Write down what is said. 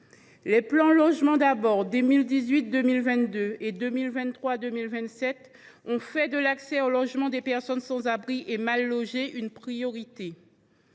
Les plans Logement d’abord, de 2018 2022 et de 2023 2027, ont fait de l’accès au logement des personnes sans abri et mal logées une priorité.